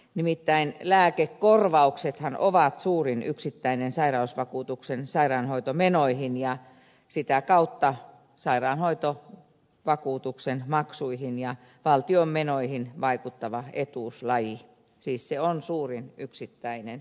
nimittäin lääkekorvauksethan ovat suurin yksittäinen sairausvakuutuksen sairaanhoitomenoihin ja sitä kautta sairaanhoitovakuutuksen maksuihin ja valtion menoihin vaikuttava etuuslaji siis se on suurin yksittäinen